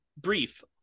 brief